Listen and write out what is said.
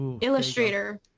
Illustrator